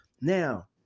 Now